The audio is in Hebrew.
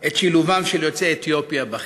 את שילובם של יוצאי אתיופיה בחברה.